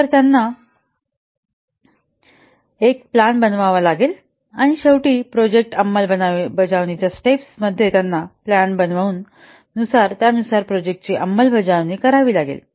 तर त्यांना एक प्लान बनवावा लागेल आणि शेवटी प्रोजेक्ट अंमलबजावणीच्या स्टेप मध्ये त्यांना प्लान बनवावे नुसार प्रोजेक्टाची अंमलबजावणी करावी लागेल